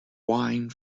wine